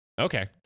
Okay